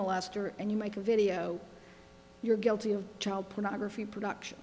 molester and you make a video you're guilty of child pornography production